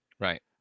right